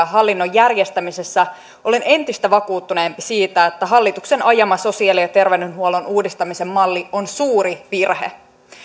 hallinnon järjestämisessä olen entistä vakuuttuneempi siitä että hallituksen ajama sosiaali ja terveydenhuollon uudistamisen malli on suuri virhe